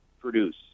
produce